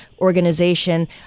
organization